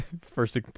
first